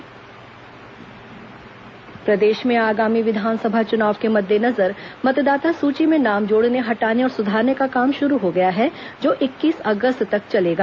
मतदाता सूची प्रकाशन प्रदेश में आगामी विधानसभा चुनाव के मद्देनजर मतदाता सूची में नाम जोड़ने हटाने और सुधारने का काम शुरू हो गया है जो इक्कीस अगस्त तक चलेगा